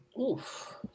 Oof